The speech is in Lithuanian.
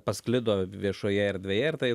pasklido viešoje erdvėje ir tai